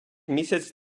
місяць